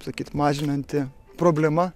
sakyti mažinanti problema